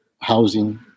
housing